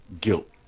guilt